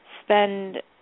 spend